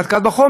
לא נותנים.